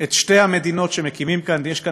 את שתי המדינות שמקימים כאן: יש כאן